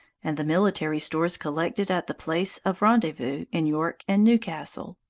and the military stores collected at the place of rendezvous in york and newcastle.